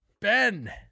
Ben